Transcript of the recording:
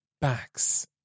backs